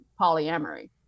polyamory